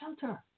shelter